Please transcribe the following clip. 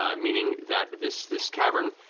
ah meaning that this this cavern,